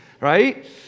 right